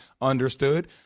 Understood